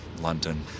London